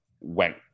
went